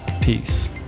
Peace